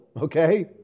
okay